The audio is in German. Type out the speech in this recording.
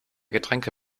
getränke